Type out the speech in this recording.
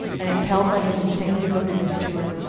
and impelled by his insane devotedness to her,